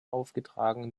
aufgetragen